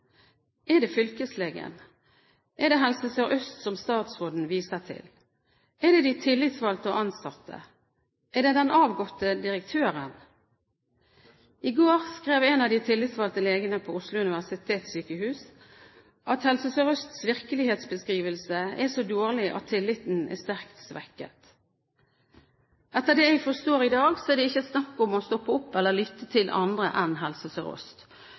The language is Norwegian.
Er det fylkeslegen? Er det Helse Sør-Øst som statsråden viser til? Er det de tillitsvalgte og ansatte? Er det den avgåtte direktøren? I går skrev en av de tillitsvalgte legene ved Oslo universitetssykehus at Helse Sør-Østs virkelighetsbeskrivelse er så dårlig at tilliten er «sterkt svekket». Etter det jeg forstår i dag, er det ikke snakk om å stoppe opp eller lytte til andre enn Helse